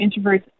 introverts